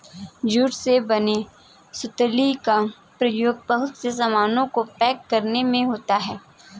jute से बने सुतली का प्रयोग बहुत से सामानों को पैक करने में होता है